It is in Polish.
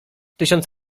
tysiąc